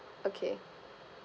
okay